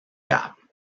gap